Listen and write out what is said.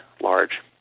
large